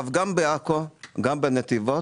גם בעכו וגם בנתיבות,